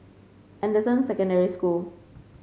Anderson Secondary School